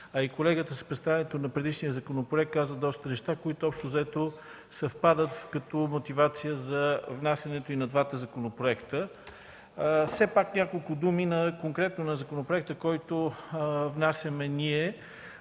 колегата с представянето на предишния законопроект каза доста неща, които общо взето съвпадат като мотивация за внасянето на двата законопроекта. Ще кажа няколко думи относно законопроекта, който внасяме ние.